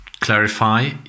Clarify